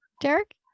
Derek